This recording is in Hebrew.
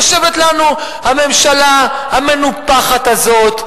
יושבת לנו הממשלה המנופחת הזאת,